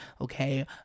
Okay